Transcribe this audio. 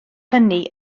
hynny